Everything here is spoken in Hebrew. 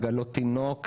עגלות תינוק,